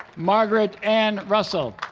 margaret ann russell